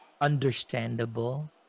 understandable